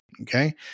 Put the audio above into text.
Okay